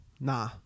Nah